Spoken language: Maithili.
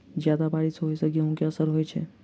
जियादा बारिश होइ सऽ गेंहूँ केँ असर होइ छै?